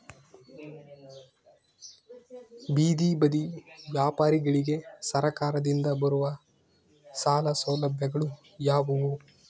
ಬೇದಿ ಬದಿ ವ್ಯಾಪಾರಗಳಿಗೆ ಸರಕಾರದಿಂದ ಬರುವ ಸಾಲ ಸೌಲಭ್ಯಗಳು ಯಾವುವು?